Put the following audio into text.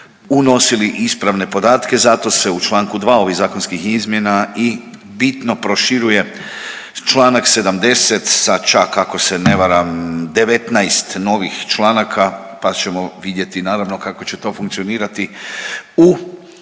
unosili ispravne podatke, zato se u čl. 2. ovih zakonskih izmjena i bitno proširuje čl. 70. sa čak ako se ne varam 19 novih članaka, pa ćemo vidjeti naravno kako će to funkcionirati u